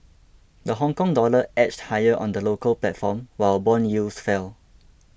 the Hongkong dollar edged higher on the local platform while bond yields fell